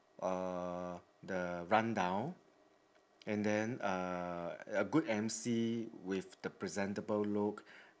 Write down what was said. uh the rundown and then uh a good emcee with the presentable look